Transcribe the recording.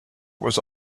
was